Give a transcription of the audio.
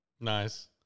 nice